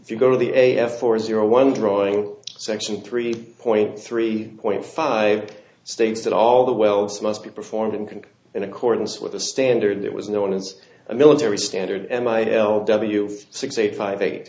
if you go to the a f four zero one drawing section three point three point five states that all the welds must be performed and in accordance with the standard there was no one it's a military standard m i l w six eight five eight